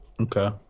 Okay